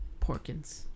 Porkins